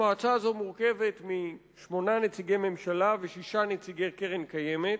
המועצה הזו מורכבת משמונה נציגי ממשלה ושישה נציגי קרן קיימת.